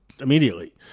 immediately